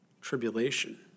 tribulation